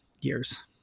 years